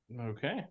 Okay